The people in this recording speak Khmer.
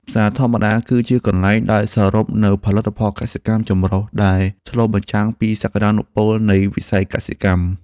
ផ្សារធម្មតាគឺជាកន្លែងដែលសរុបនូវផលិតផលកសិកម្មចម្រុះដែលឆ្លុះបញ្ចាំងពីសក្ដានុពលនៃវិស័យកសិកម្ម។